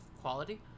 quality